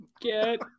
Get